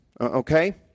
okay